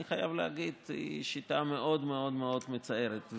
אני חייב להגיד שהיא שיטה מאוד מאוד מאוד מצערת.